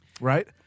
Right